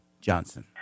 Johnson